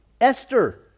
Esther